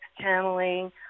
channeling